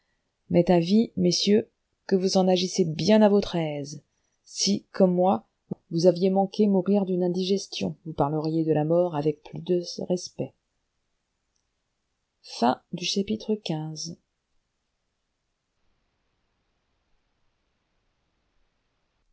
m'est avis messieurs que vous en agissez bien à votre aise si comme moi vous aviez manqué mourir d'une indigestion vous parleriez de la mort avec plus de respect